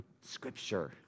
scripture